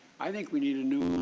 i think we need a new.